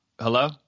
Hello